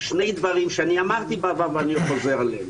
שני דברים שאמרתי בעבר ואני חוזר עליהם: